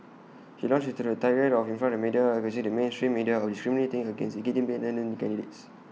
he launched into A tirade in front of the media accusing the mainstream media of discriminating against independent candidates